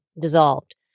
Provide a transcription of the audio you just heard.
dissolved